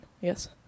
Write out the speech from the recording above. Yes